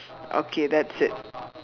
okay that's it